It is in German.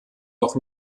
noch